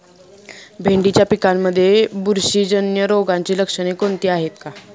भेंडीच्या पिकांमध्ये बुरशीजन्य रोगाची लक्षणे कोणती आहेत?